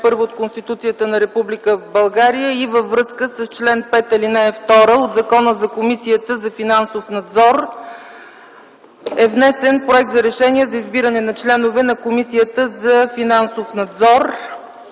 ал. 1 от Конституцията на Република България и във връзка с чл. 5, ал. 2 от Закона за Комисията за финансов надзор съм внесъл проект за Решение за избиране на членове на Комисията за финансов надзор,